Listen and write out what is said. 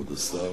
כבוד השר,